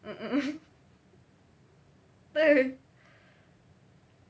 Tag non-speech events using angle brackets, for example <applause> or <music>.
mmhmm <laughs>